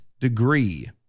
Degree